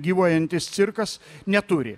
gyvuojantis cirkas neturi